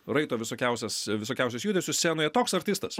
raito visokiausias visokiausius judesius scenoje toks artistas